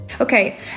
Okay